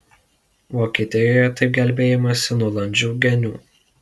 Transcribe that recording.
vokietijoje taip gelbėjamasi nuo landžių genių